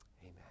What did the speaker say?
Amen